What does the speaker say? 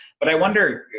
but i wonder,